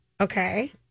Okay